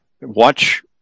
watch –